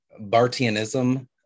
Bartianism